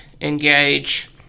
engage